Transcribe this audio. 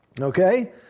Okay